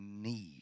need